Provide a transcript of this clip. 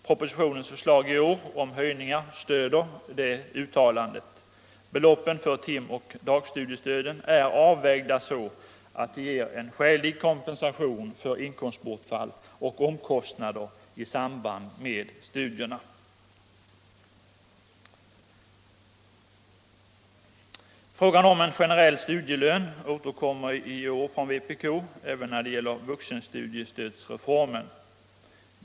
Propositionens förslag i år om höjningar stöder det uttalandet. Beloppen för timoch dagstudiestöden är avvägda så att de ger en skälig kompensation för inkomstbortfall och omkostnader i samband med studierna. Frågan om en generell studielön återkommer i år från vpk även när det gäller vuxenstudiestödsreformen.